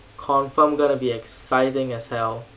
confirm gonna be exciting as hell